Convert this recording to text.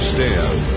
Stand